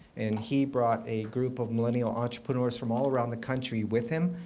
and he brought a group of millennial entrepreneurs from all around the country with him.